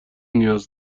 نیاز